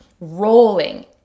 rolling